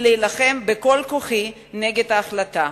היא להילחם בכל כוחי נגד ההחלטה.